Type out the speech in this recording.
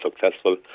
successful